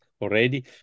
already